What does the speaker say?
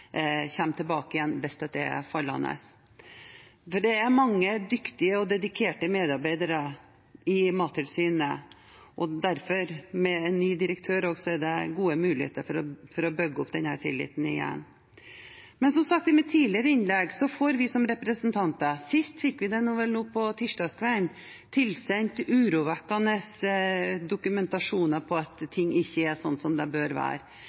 tilbake igjen, hvis det er fallende. Det er mange dyktige og dedikerte medarbeidere i Mattilsynet, og derfor – og med en ny direktør også – er det gode muligheter for å bygge opp den tilliten igjen. Men som sagt i mitt tidligere innlegg: Som representanter får vi – sist fikk vi det vel nå tirsdag kveld – tilsendt urovekkende dokumentasjon på at ting ikke er slik de bør være.